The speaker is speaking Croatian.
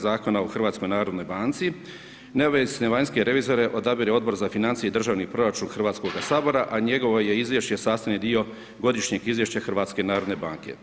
Zakona o HNB neovisne vanjske revizore, odabire Odbor za financije i državni proračun Hrvatskog sabora, a njegovo je izvješće sastavni dio godišnjeg izvješća HNB.